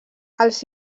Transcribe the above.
els